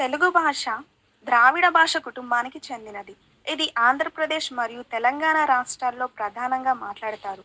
తెలుగు భాష ద్రావిడ భాష కుటుంబానికి చెందినది ఇది ఆంధ్రప్రదేశ్ మరియు తెలంగాణ రాష్ట్రాల్లో ప్రధానంగా మాట్లాడతారు